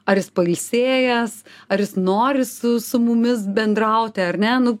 ar jis pailsėjęs ar jis nori su su mumis bendrauti ar ne nu